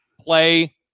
Play